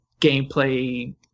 gameplay